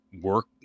work